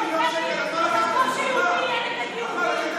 זה כמו שיהודי יהיה נגד יהודים,